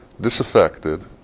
disaffected